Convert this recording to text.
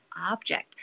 object